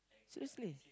seriously